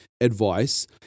advice